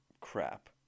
crap